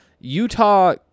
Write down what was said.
Utah